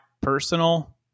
personal